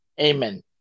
Amen